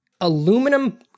aluminum